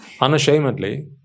Unashamedly